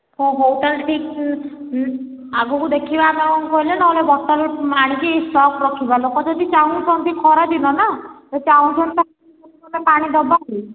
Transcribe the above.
ହଁ ହଉ ତା'ହେଲେ ଠିକ୍ ଆଗକୁ ଦେଖିବା ଆମେ କ'ଣ କହିଲେ ନହେଲେ ବସ୍ତାରେ ଆଣିକି ସର୍ଫ ରଖିବା ଲୋକ ଯଦି ଚାହୁଁଛନ୍ତି ଖରା ଦିନ ନା ସେ ଚାହୁଁଛନ୍ତି ଯଦି ପାଣି ଦବାକୁ